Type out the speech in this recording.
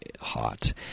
hot